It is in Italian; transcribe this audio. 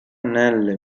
nelle